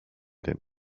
den